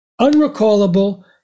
unrecallable